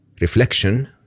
reflection